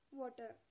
water